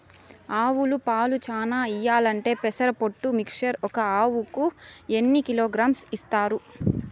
ఆవులు పాలు చానా ఇయ్యాలంటే పెసర పొట్టు మిక్చర్ ఒక ఆవుకు ఎన్ని కిలోగ్రామ్స్ ఇస్తారు?